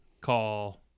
call